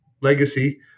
Legacy